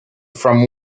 from